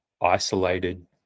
isolated